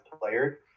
player